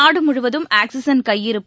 நாடு முழுவதும் ஆக்சிஜன் கையிருப்பு